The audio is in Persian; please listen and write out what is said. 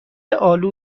آلو